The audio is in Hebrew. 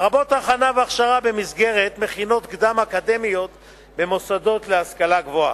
לרבות הכנה והכשרה במסגרת מכינות קדם-אקדמיות במוסדות להשכלה גבוהה.